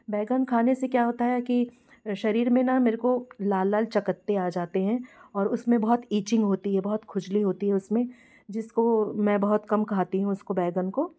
बैंगन खाने से क्या होता है कि शरीर में ना मेरे को लाल लाल चकत्ते आ जाते हैं और उस में बहोत इचिंग होती है बहुत खुजली होती है उस में जिसको मैं बहुत कम खाती हूँ उसको बैंगन को